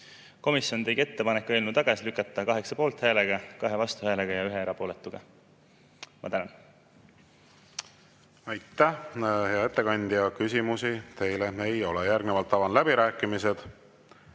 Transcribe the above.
Komisjon tegi ettepaneku eelnõu tagasi lükata 8 poolthäälega, 2 vastuhäälega ja ühe erapooletuga. Ma tänan. Aitäh, hea ettekandja! Küsimusi teile ei ole. Järgnevalt avan läbirääkimised